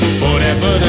forever